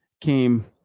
came